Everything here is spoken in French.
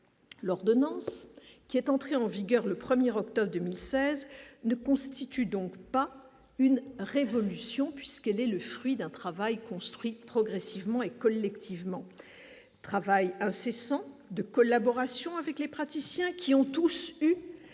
l'ordonnance qui est entré en vigueur le 1er octobre 2016 ne constitue donc pas une révolution puisqu'elle est le fruit d'un travail construite progressivement et collectivement travail incessant de collaboration avec les praticiens qui ont tous eu